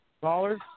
Caller